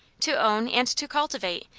to own, and to cultivate,